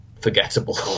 forgettable